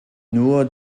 nur